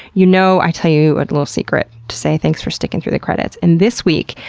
you know i tell you a little secret to say thanks for sticking through the credits, and this week,